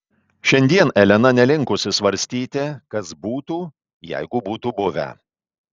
šiandien elena nelinkusi svarstyti kas būtų jeigu būtų buvę